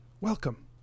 welcome